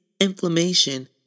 inflammation